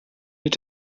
mit